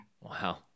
Wow